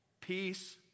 peace